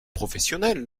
professionnelle